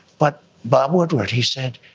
but bob woodward he said,